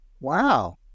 Wow